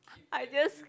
I just